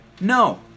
No